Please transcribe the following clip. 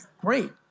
great